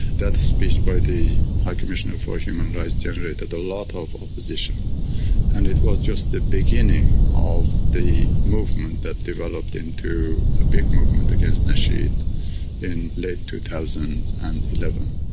that speech by the high commissioner for human rights generated a lot of opposition and it was just the beginning of the movement that developed into a big movement against nasheed in late two thousand and eleven.